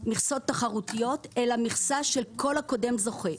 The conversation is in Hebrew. מכסות תחרותיות, אלא תכסה של כל הקודם זוכה.